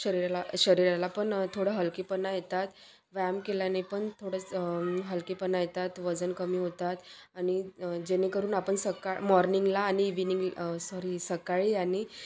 शरीराला शरीराला पण थोडं हलकीपणा येतात व्यायाम केल्याने पण थोडंसं हलकीपणा येतात वजन कमी होतात आणि जेणेकरून आपण सकाळी मॉर्निंगला आणि इविनिंग सॉरी सकाळी आणि